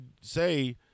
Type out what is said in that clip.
say